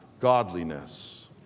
godliness